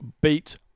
Beat